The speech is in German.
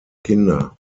kinder